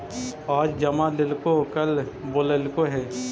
आज जमा लेलको कल बोलैलको हे?